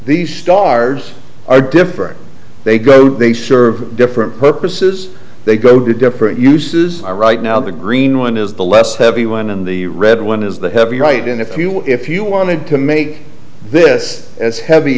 these stars are different they go they serve different purposes they go to different uses right now the green one is the less heavy one and the red one is the heavy right and if you if you wanted to make this as heavy